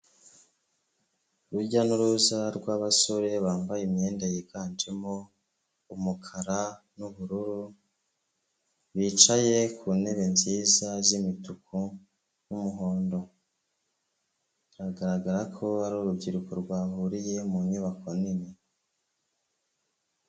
Urujya n'uruza rw'abasore, bambaye imyenda yiganjemo umukara n'ubururu, bicaye ku ntebe nziza z'imituku n'umuhondo. Biragaragara ko ari urubyiruko rwahuriye mu nyubako nini.